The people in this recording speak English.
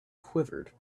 quivered